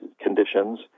conditions